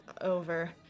over